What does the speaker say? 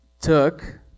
took